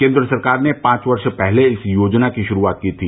केन्द्र सरकार ने पांच वर्ष पहले इस योजना की शुरूआत की थी